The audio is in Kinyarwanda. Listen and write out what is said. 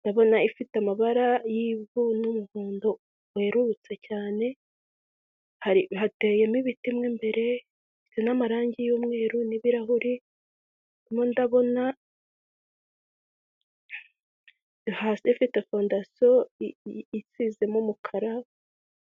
ndabona ifite amabara y'ivu n'umuhondo werurutse cyane, hateyemo ibiti mo imbere n'amarangi y'umweru, n'ibirahuri mo ndabona hasi ifite fondasiyo isizemo umukara.